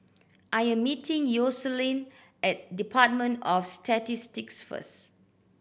I am meeting Yoselin at Department of Statistics first